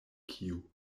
kiu